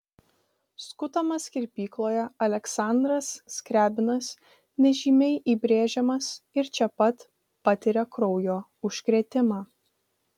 skutamas kirpykloje aleksandras skriabinas nežymiai įbrėžiamas ir čia pat patiria kraujo užkrėtimą